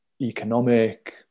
economic